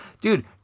dude